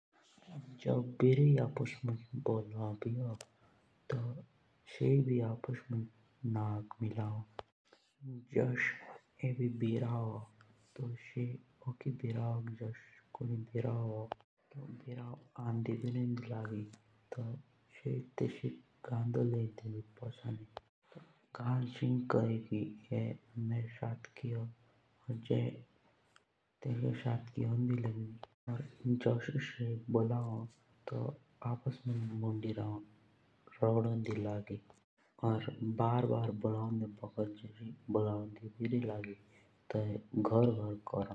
जुसभिरेई होन तो सो भी जब आप्स मुञ बोलौ भी ओ तो सो भी नाक मिलाई कोर बात कोरोन। और जुस भिराई भी होन तो सो ओकी भिरयिक गाँदी लेरी देंदी पचानी। और जुस्सो बोलौन तो सो आप्स मुञ मोंदी रहन रोगदोंदी लागि।